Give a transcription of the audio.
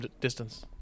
distance